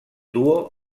duo